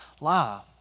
lie